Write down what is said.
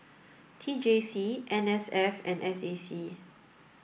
T J C N S F and S A C